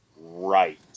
right